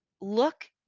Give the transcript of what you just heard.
look